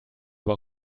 aber